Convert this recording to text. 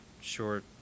short